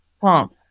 pump